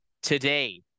Today